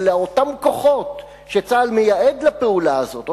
אלא שאותם כוחות שצה"ל מייעד לפעולה הזאת,